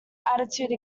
attitude